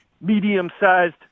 medium-sized